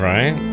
Right